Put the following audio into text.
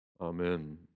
Amen